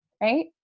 right